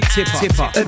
Tipper